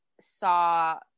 saw